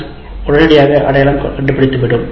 S உடனடியாக அடையாளம் கண்டுபிடித்துவிடும்